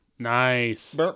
nice